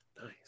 Nice